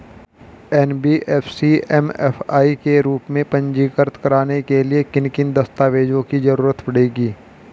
NBFC MFI के रूप में पंजीकृत कराने के लिए किन किन दस्तावेजों की जरूरत पड़ेगी?